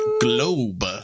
Globe